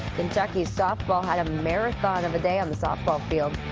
kentucky softball had a marathon of a day on the softball field.